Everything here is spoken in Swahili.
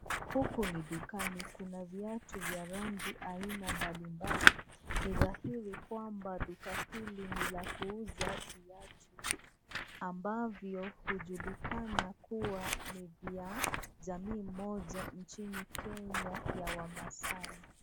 Huku ni dukani Kuna viatu vya rangi aina mbalimbali ni dhairi kwamba duka hili la kuuza viatu ambavyo hujulikana kuwa ni vya jamii Mmoja nchini Kenya ya Wamaasai.